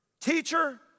teacher